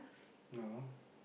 no